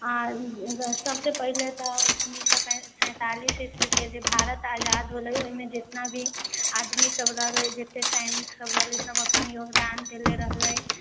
आ सबसे पहिले तऽ उन्नैस अप्रेल उन्नैस सए सैंतालीसके जे भारत आजाद भेल रहै ओहिमे जितना भी आदमी सब रहले जत्ते सैनिक सब रहले सब अपन योगदान दैले रहलै